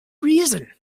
reason